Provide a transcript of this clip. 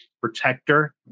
protector